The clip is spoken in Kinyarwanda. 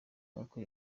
uko